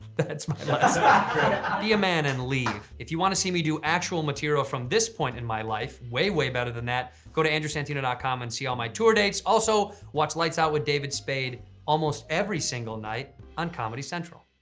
that's kind of a man and leave. if you wanna see me do actual material from this point in my life way way better than that, go to andrewsantino dot com and see all my tour dates. also watch lights out with david spade almost every single night on comedy central.